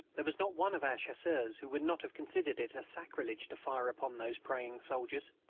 there was not one of our chasseurs who would not have considered it a sacrilege to fire upon those praying soldiers.